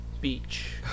beach